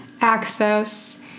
access